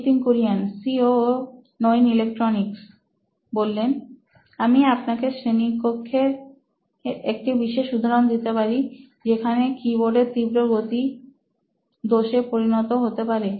Nitin Kurian C O O electronics আমি আপনাকে শ্রেণিকক্ষের একটি বিশেষ উদাহরণ দিতে পারি যেখানে কিবোর্ডের তীব্র গতি দেশে পরিণত হতে পারে